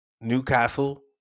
Newcastle